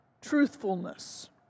truthfulness